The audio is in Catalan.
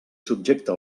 subjecta